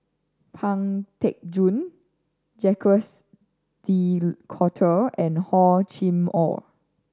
Pang Teck Joon Jacques De Coutre and Hor Chim Or